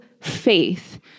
faith